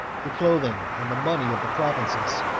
the clothing, and the money of the provinces.